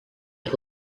had